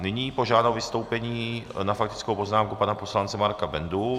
Nyní požádám o vystoupení na faktickou poznámku pana poslance Marka Bendu.